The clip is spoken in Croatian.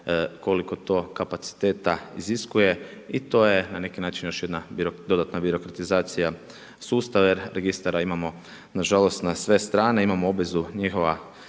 koliko to kapaciteta iziskuje. I to je na neki način još jedna dodatna birokratizacija sustava jer registara imamo nažalost na sve strane. Imamo obvezu njihova